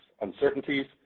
uncertainties